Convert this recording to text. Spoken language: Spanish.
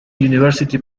university